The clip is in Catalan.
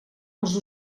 els